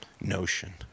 notion